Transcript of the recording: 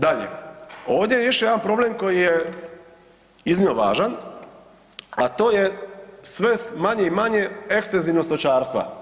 Dalje, ovdje je još jedan problem koji je iznimno važan a to je sve manje i manje ekstenzivnog stočarstva.